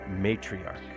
Matriarch